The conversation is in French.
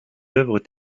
œuvres